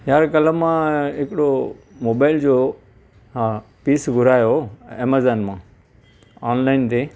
यार कल्ह मां हिकिड़ो मोबाइल जो हा पीस घुरायो एमेजॉन मां ऑनलाइन ते